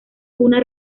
una